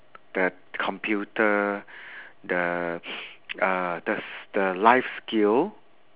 the computer the uh the s~ the life skill